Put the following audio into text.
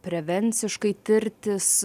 prevenciškai tirtis